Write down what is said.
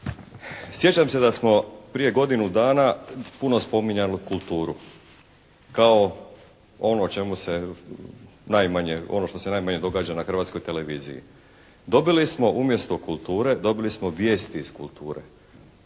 Sjećam se da smo prije godinu dana puno spominjali kulturu kao ono o čemu se najmanje, ono što se najmanje događa na Hrvatskoj televiziji. Dobili smo umjesto kulture, dobili smo Vijesti iz kulture.